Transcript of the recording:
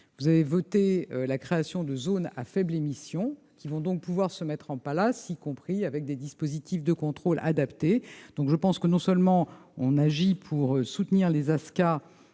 vous avez voté la création de zones à faibles émissions qui vont donc pouvoir se mettre en palace, y compris avec des dispositifs de contrôle adaptés, donc je pense que non seulement on agit pour soutenir les ASCA